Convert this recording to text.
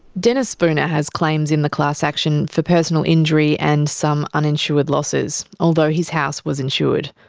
denis spooner has claims in the class action for personal injury and some uninsured losses, although his house was insured.